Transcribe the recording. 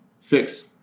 fix